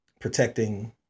protecting